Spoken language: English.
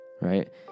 right